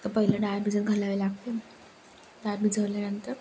तर पहिलं डाळ भिजत घालावी लागते डाळ भिजवल्यानंतर